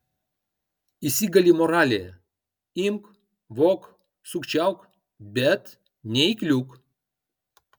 įsigali moralė imk vok sukčiauk bet neįkliūk